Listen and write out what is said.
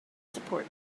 support